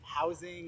housing